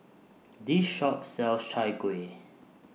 This Shop sells Chai Kueh